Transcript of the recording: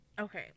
Okay